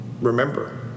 remember